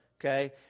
okay